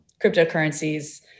cryptocurrencies